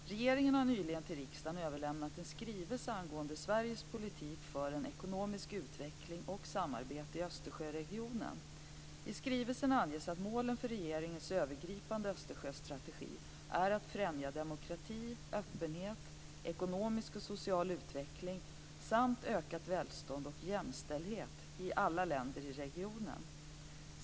Regeringen har nyligen till riksdagen överlämnat en skrivelse angående Sveriges politik för en ekonomisk utveckling och samarbete i Östersjöregionen. I skrivelsen anges att målen för regeringens övergripande Östersjöstrategi är att främja demokrati, öppenhet, ekonomisk och social utveckling samt ökat välstånd och jämställdhet i alla länder i regionen.